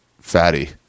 Fatty